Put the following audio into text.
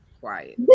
quiet